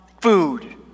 food